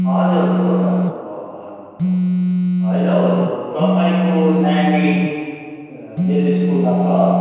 हजुर हजुर हो त हो हो होइन हो तपाईँको नानी मेरो स्कुलमा छ